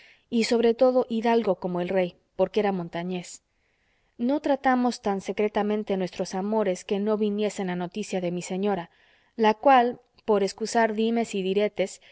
y sobre todo hidalgo como el rey porque era montañés no tratamos tan secretamente nuestros amores que no viniesen a noticia de mi señora la cual por escusar dimes y diretes